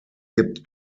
gibt